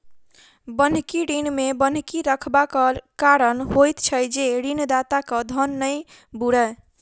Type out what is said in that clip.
बन्हकी ऋण मे बन्हकी रखबाक कारण होइत छै जे ऋणदाताक धन नै बूड़य